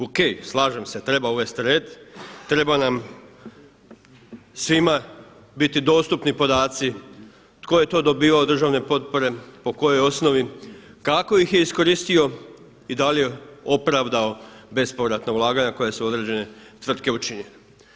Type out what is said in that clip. O.K, slažem se, treba uvesti red, treba nam svima biti dostupni podaci tko je to dobivao državne potpore, po kojoj osnovi, kako ih je iskoristio i da li je opravdao bespovratna ulaganja koja su određene tvrtke učinile.